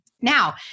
Now